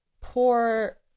poor